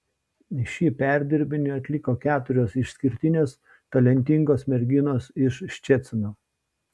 šį perdirbinį atliko keturios išskirtinės talentingos merginos iš ščecino